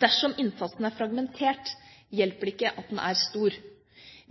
Dersom innsatsen er fragmentert, hjelper det ikke at den er stor.